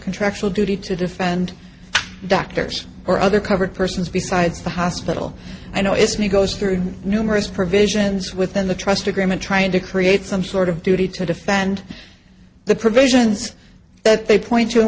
contractual duty to defend doctors or other covered persons besides the hospital i know it's me goes through numerous provisions within the trust agreement trying to create some sort of duty to defend the provisions that they point to w